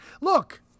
Look